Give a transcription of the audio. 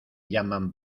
llaman